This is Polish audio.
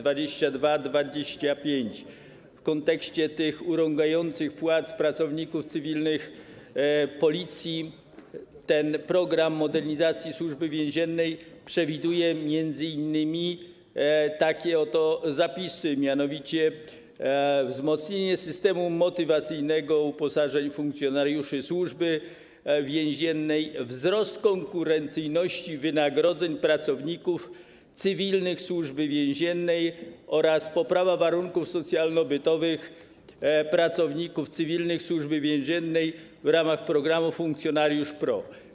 W kontekście urągających płac pracowników cywilnych Policji ten program modernizacji Służby Więziennej przewiduje m.in. takie oto rozwiązania: wzmocnienie systemu motywacyjnego uposażeń funkcjonariuszy Służby Więziennej, wzrost konkurencyjności wynagrodzeń pracowników cywilnych Służby Więziennej oraz poprawę warunków socjalno-bytowych pracowników cywilnych Służby Więziennej w ramach programu „Funkcjonariusz PRO”